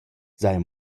s’haja